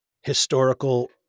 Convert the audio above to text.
historical